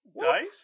Dice